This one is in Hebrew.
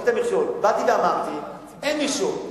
באתי ואמרתי: אין מכשול,